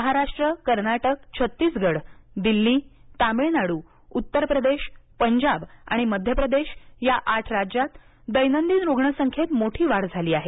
महाराष्ट्र कर्नाटक छत्तीसगड दिल्ली तामिळनाडू उत्तर प्रदेश पंजाब आणि मध्य प्रदेश या आठ राज्यांत दैनंदिन रुग्ण संख्येत मोठी वाढ झाली आहे